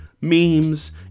memes